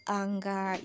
anger